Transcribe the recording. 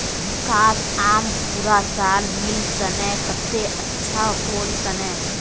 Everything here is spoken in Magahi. काश, आम पूरा साल मिल तने कत्ते अच्छा होल तने